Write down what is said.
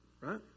right